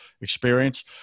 experience